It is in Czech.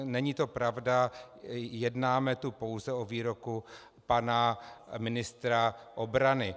Není to pravda, jednáme tu pouze o výroku pana ministra obrany.